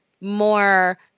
more